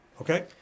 Okay